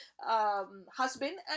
husband